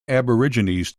aborigines